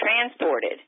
transported